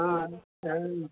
हा